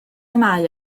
mae